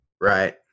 Right